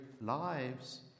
lives